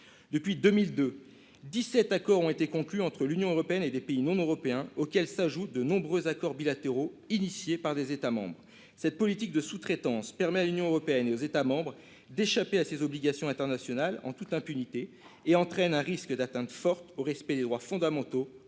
Depuis 2002, dix-sept accords ont été conclus entre l'Union européenne et des pays non européens, auxquels s'ajoutent de nombreux accords bilatéraux mis en place par des États membres. Cette politique de sous-traitance permet à l'Union européenne et à ses États membres d'échapper à leurs obligations internationales en toute impunité et entraîne un risque d'atteinte forte au respect des droits fondamentaux, en